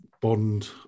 bond